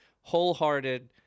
wholehearted